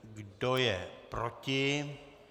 Kdo je proti?